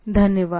धन्यवाद